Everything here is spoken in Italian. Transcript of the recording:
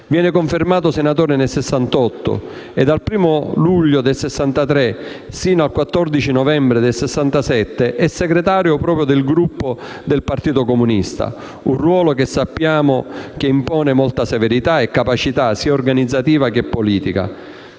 Viene confermato senatore nel 1968 e dal 1° luglio del 1963 fino al 14 novembre del 1967 è segretario del Gruppo del Partito Comunista, un ruolo che impone molta severità e capacità sia organizzativa che politica.